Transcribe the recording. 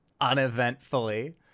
Uneventfully